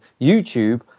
youtube